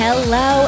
Hello